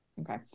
okay